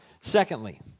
Secondly